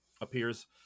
appears